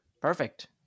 perfect